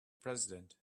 president